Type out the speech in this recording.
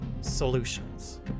solutions